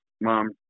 mom